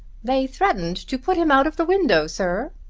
they threatened to put him out of the window, sir,